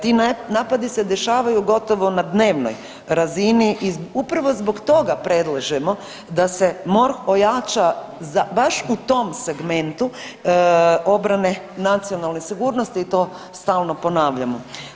Ti napadi se dešavaju gotovo na dnevnoj razini i upravo zbog toga predlažemo da se MORH ojača baš u tom segmentu obrane nacionalne sigurnosti i to stalno ponavljamo.